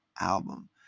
album